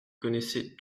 connaissait